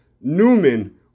Newman